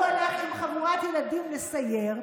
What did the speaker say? הוא הלך עם חבורת ילדים לסייר,